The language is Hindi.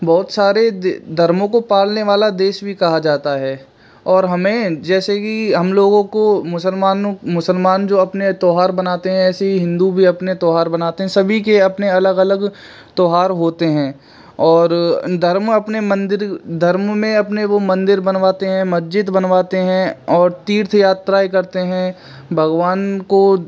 बहुत सारे धर्मों को पालने वाला देश भी कहा जाता है और हमें जैसे कि हम लोगों को मुसलमानों मुसलमान जो अपने त्योहार बनाते हैं ऐसे ही हिन्दू भी अपने त्योहार बनाते हैं सभी के अपने अलग त्योहार होते हैं और धर्म अपने मंदिर धर्म में अपने वो मंदिर बनवाते हैं मस्जिद बनवाते हैं और तीर्थ यात्रा करते हैं भगवान को